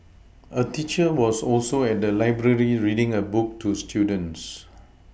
a teacher was also at the library reading a book to students